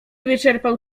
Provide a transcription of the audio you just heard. wyczerpał